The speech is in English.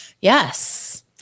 Yes